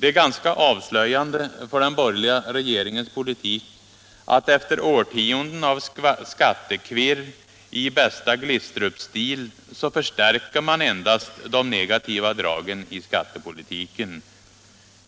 Det är ganska avslöjande för den borgerliga regeringens politik att man, efter årtionden av skattekvirr i bästa Glistrupstil, endast förstärker de negativa dragen i skattepolitiken.